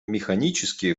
механические